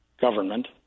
government